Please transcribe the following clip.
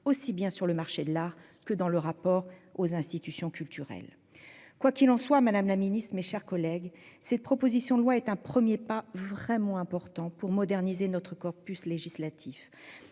aussi bien sur le marché de l'art que dans le rapport aux institutions culturelles. Quoi qu'il en soit, madame la ministre, mes chers collègues, cette proposition de loi constitue un premier pas important pour moderniser notre corpus législatif.